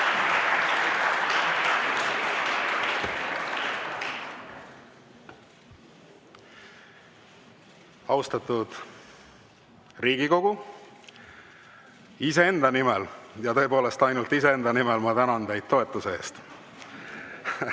Austatud Riigikogu! Iseenda nimel, ja tõepoolest ainult iseenda nimel, ma tänan teid toetuse eest